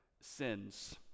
sins